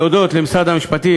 להודות למשרד המשפטים,